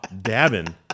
dabbing